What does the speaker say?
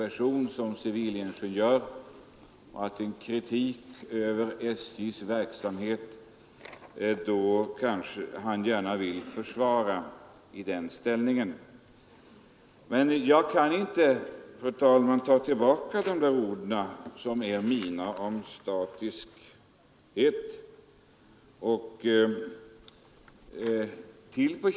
Jag förstår därför att han gärna vill försvara SJ mot den framförda kritiken och han bör göra det. Men jag kan inte ta tillbaka mina ord om ett statiskt förhållande.